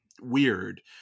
weird